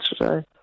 today